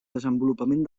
desenvolupament